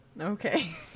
Okay